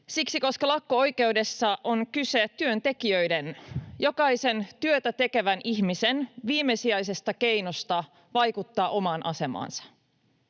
Siksi, koska lakko-oikeudessa on kyse työntekijöiden, jokaisen työtä tekevän ihmisen, viimesijaisesta keinosta vaikuttaa omaan asemaansa: